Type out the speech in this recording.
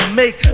make